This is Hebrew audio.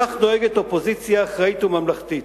כך נוהגת אופוזיציה אחראית וממלכתית.